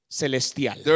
celestial